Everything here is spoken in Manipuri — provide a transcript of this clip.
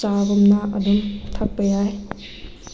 ꯆꯥꯒꯨꯝꯅ ꯑꯗꯨꯝ ꯊꯛꯄ ꯌꯥꯏ